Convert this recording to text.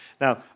Now